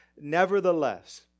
Nevertheless